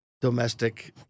domestic